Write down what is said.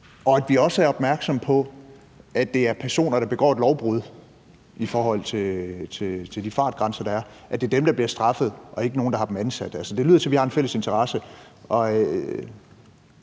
og at vi også er opmærksomme på, at det er personer, der begår et lovbrud i forhold til de fartgrænser, der er, der bliver straffet, og ikke nogen, der har dem ansat. Det lyder til, at vi har en fælles interesse.